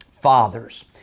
fathers